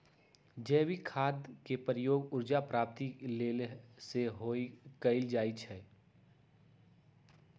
जैविक खाद के प्रयोग ऊर्जा प्राप्ति के लेल सेहो कएल जाइ छइ